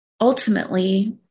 ultimately